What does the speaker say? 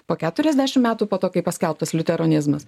po keturiasdešim metų po to kai paskelbtas liuteronizmas